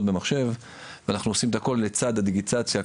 במחשב ואנחנו עושים את הכול לצד הדיגיטציה.